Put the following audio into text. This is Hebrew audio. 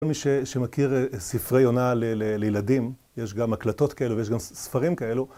כל מי שמכיר ספרי יונה לילדים, יש גם הקלטות כאלו ויש גם ספרים כאלו